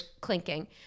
clinking